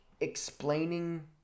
explaining